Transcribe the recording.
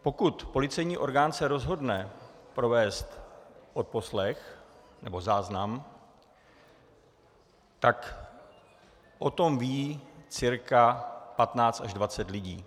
Pokud policejní orgán se rozhodne provést odposlech nebo záznam, tak o tom ví cca 15 až 20 lidí.